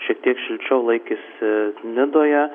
šiek tiek šilčiau laikėsi nidoje